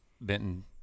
Benton